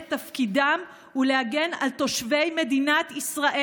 את תפקידם ולהגן על תושבי מדינת ישראל.